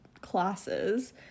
classes